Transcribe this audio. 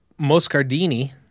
Moscardini